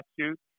statute